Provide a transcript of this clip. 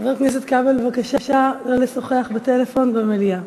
חבר הכנסת כבל, בבקשה לא לשוחח בטלפון במליאה.